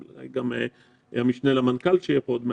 ואולי גם המשנה למנכ"ל שיהיה פה עוד מעט,